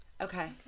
Okay